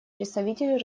представитель